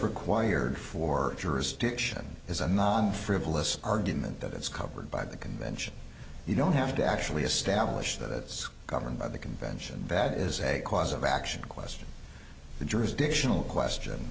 required for jurisdiction is a non frivolous argument that it's covered by the convention you don't have to actually establish that it's governed by the convention that is a cause of action question the jurisdictional question